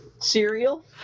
Cereal